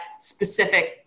specific